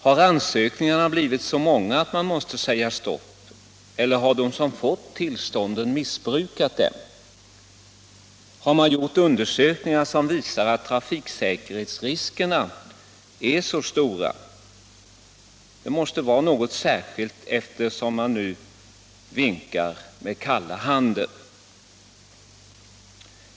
Har ansökningarna blivit så många att man måste säga stopp eller har de som fått tillstånden missbrukat dem? Har man gjort undersökningar som visar att trafiksäkerhetsriskerna är stora? Det måste vara något särskilt, eftersom man nu vinkar med kalla handen.